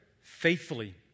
faithfully